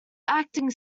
acting